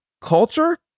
Culture